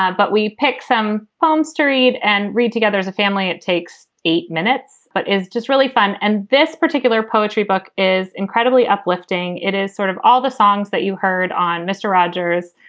ah but we pick some palms to read and read together as a family. it takes eight minutes, but is just really fun. and this particular poetry book is incredibly uplifting. it is sort of all the songs that you heard on mr. rogers.